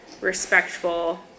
respectful